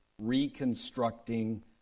reconstructing